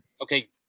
okay